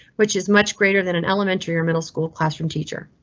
which is much greater than an elementary or middle school classroom teacher.